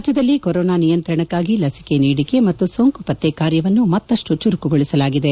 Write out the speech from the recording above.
ರಾಜ್ಯದಲ್ಲಿ ಕೊರೋನ ನಿಯಂತ್ರಣಕ್ಕಾಗಿ ಲಸಿಕೆ ನೀಡಿಕೆ ಮತ್ತು ಸೋಂಕು ಪತ್ತೆ ಕಾರ್ಯವನ್ನು ಮತ್ತಷ್ನು ಚುರುಕುಗೊಳಿಸಲಾಗಿದೆ